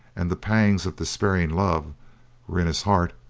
and the pangs of despairing love were in his heart,